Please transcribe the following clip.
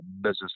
Business